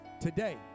Today